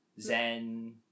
Zen